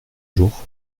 jours